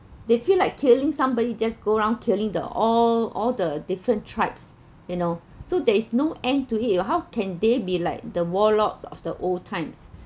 they feel like killing somebody just go around killing the all all the different tribes you know so there is no end to it how can they be like the warlords of the old times